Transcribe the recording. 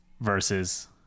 versus